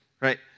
right